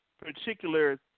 particular